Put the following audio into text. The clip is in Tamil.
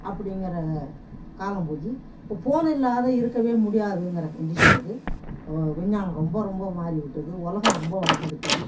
அப்படிங்கிற காலம் போய் இப்போ ஃபோன் இல்லாத இருக்கவே முடியாதுங்கிற கண்டிஷனுக்கு விஞ்ஞானம் ரொம்ப ரொம்ப மாறிவிட்டது உலகம் ரொம்ப வளர்ந்துட்டுது